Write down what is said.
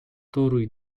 toruj